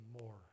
more